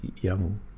young